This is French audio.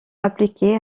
appliquées